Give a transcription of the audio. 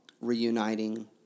reuniting